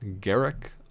Garrick